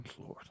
lord